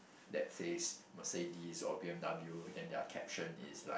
that say's Mercedes or b_m_w then their caption is like